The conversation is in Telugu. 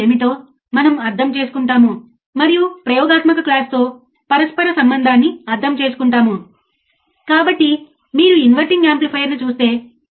ఇప్పుడు ఇది ఒక ఉదాహరణ సరే మరియు ఈ ఉదాహరణను మరియు సర్క్యూట్ను నేను చూపిస్తున్న తదుపరి స్లైడ్లో చూస్తాము